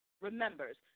remembers